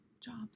jobs